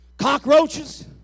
Cockroaches